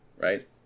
right